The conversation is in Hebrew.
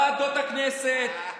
תביא את האנשים שלך לוועדות הכנסת,